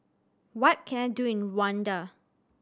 what can I do in Wanda